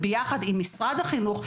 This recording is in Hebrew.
ביחד עם משרד החינוך,